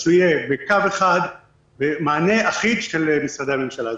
אז שהוא יהיה בקו אחד ובמענה אחיד של משרדי הממשלה.